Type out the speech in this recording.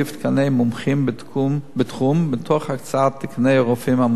מומחים בתחום מתוך הקצאת תקני הרופאים המומחים